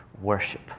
Worship